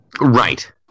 Right